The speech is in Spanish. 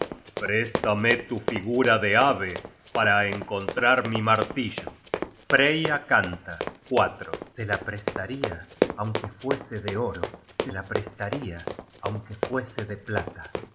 préstame tu figura de ave para encontrar mi martillo content from google book search generated at freya canta te la prestaria aunque fuese de oro te la prestaria aunque fuese de plata